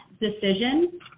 decision